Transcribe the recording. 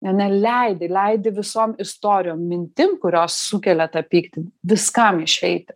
ane leidi leidi visom istorijom mintim kurios sukelia tą pyktį viskam išeiti